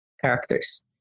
characters